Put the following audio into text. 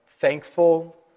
thankful